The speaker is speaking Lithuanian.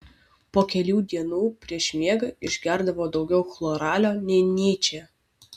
po kelių dienų prieš miegą išgerdavo daugiau chloralio nei nyčė